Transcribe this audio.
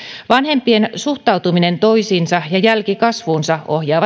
vanhempien suhtautuminen toisiinsa ja jälkikasvuunsa ohjaa